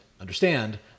understand